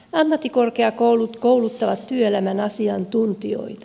ammattikorkeakoulut kouluttavat työelämän asiantuntijoita